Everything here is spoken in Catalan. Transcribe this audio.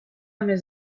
més